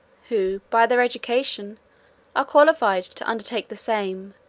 who, by their education are qualified to undertake the same,